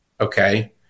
Okay